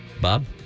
Bob